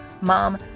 mom